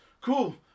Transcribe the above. Cool